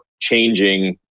changing